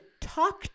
talk